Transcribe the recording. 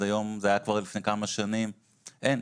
זה היה כבר לפני כמה שנים, עד היום אין.